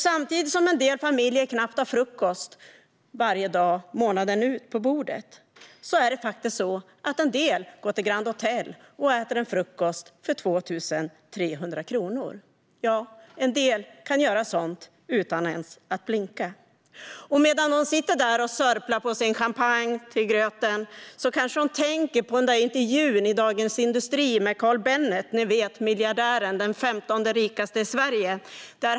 Samtidigt som en del familjer knappt har frukost på bordet varje dag månaden ut går en del till Grand Hotel och äter frukost för 2 300 kronor. En del kan göra sådant utan att ens blinka. Medan de sitter där och sörplar på sin champagne till gröten kanske de tänker på den där intervjun i Dagens industri med Carl Bennet - miljardären, ni vet, som är den 15:e rikaste i Sverige.